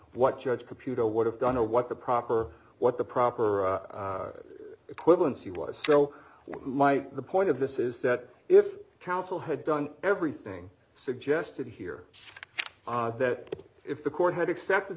what judge computer would have done know what the proper what the proper equivalency was so my the point of this is that if counsel had done everything suggested here that if the court had accepted